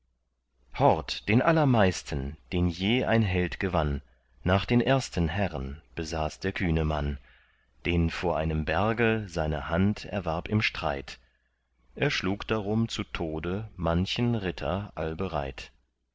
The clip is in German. hort den allermeisten den je ein held gewann nach den ersten herren besaß der kühne mann den vor einem berge seine hand erwarb im streit er schlug darum zu tode manchen ritter allbereit